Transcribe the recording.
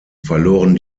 verloren